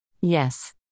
Yes